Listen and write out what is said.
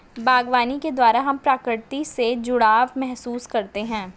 बागवानी के द्वारा हम प्रकृति से जुड़ाव महसूस करते हैं